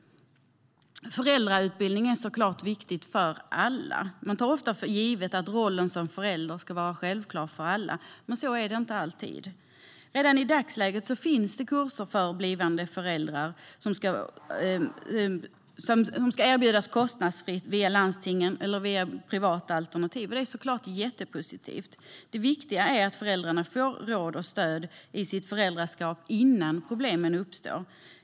Föräldrautbildning är såklart viktigt för alla. Man tar ofta för givet att rollen som förälder ska vara självklar för alla, men så är det inte alltid. Redan i dagsläget erbjuds kostnadsfria kurser för blivande föräldrar via landstingen eller privata alternativ. Det är mycket positivt. Det är viktigt att föräldrar får råd och stöd i sitt föräldraskap innan problemen uppstår.